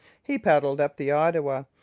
he paddled up the ottawa,